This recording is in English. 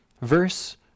verse